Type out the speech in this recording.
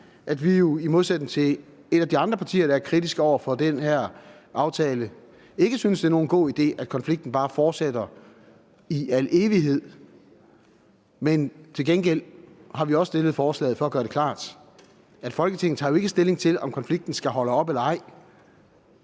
at vi jo i modsætning til et af de andre partier, der er kritisk over for den her aftale, ikke synes, det er nogen god idé, at konflikten bare fortsætter i al evighed. Men til gengæld har vi også stillet forslaget for at gøre det klart, at Folketinget jo ikke tager stilling til, om konflikten skal holde op eller ej,